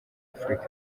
africa